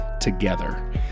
together